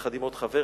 יחד עם עוד חבר,